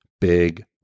big